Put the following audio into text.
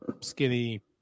skinny